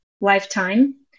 lifetime